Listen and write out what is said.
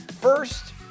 First